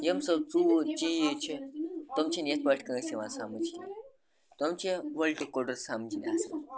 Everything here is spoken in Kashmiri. یِم سۄ ژوٗر چیٖز چھِ تٕم چھِنہٕ یِتھ پٲٹھۍ کٲنٛسہِ یِوان سَمٕجھ کیٚنٛہہ تِم چھِ وُلٹہٕ کُڑُر سَمجھنۍ آسان